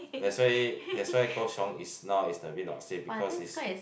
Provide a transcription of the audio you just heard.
that's why that's why Kaoshiung is now is a bit not safe because is